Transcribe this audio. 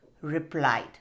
replied